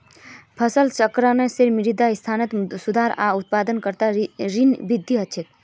फसल चक्रण से मृदा स्वास्थ्यत सुधार आर उत्पादकतात वृद्धि ह छे